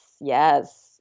Yes